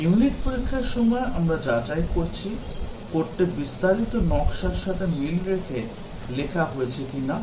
unit পরীক্ষার সময় আমরা যাচাই করছি কোডটি বিস্তারিত নকশার সাথে মিল রেখে লেখা হয়েছে কিনা